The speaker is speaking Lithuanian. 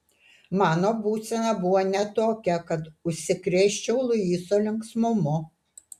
mano būsena buvo ne tokia kad užsikrėsčiau luiso linksmumu